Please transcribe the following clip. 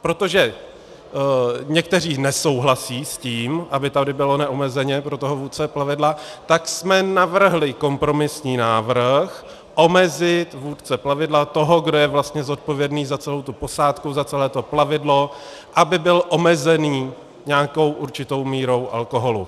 Protože někteří nesouhlasí s tím, aby tady bylo neomezeně pro toho vůdce plavidla, tak jsme navrhli kompromisní návrh, omezit vůdce plavidla, toho, kdo je vlastně zodpovědný za celou tu posádku, za celé to plavidlo, aby byl omezený nějakou určitou mírou alkoholu.